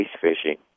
fishing